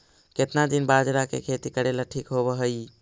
केतना दिन बाजरा के खेती करेला ठिक होवहइ?